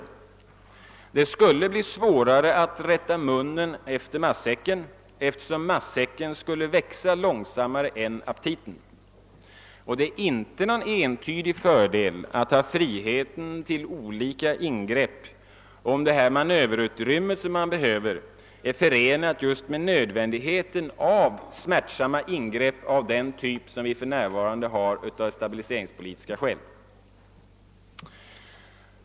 Det skulle bli svårare att rätta munnen efter matsäcken, eftersom matsäcken skulle växa långsammare än aptiten. Det är inte någon entydig fördel att ha friheten till olika ingrepp, om det manöverutrymme som man behöver krävs just med nödvändigheten av smärtsamma ingrepp av den typ som vi för närvarande har av stabiliseringspolitiska skäl.